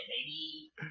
baby